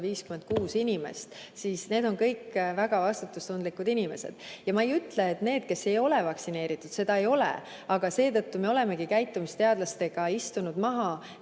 256 inimest, siis need on kõik väga vastutustundlikud inimesed. Ja ma ei ütle, et need, kes ei ole vaktsineeritud, seda ei ole. Aga seetõttu me olemegi käitumisteadlastega istunud maha,